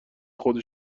خود